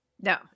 No